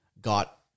got